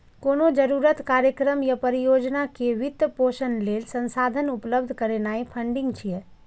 कोनो जरूरत, कार्यक्रम या परियोजना के वित्त पोषण लेल संसाधन उपलब्ध करेनाय फंडिंग छियै